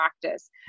practice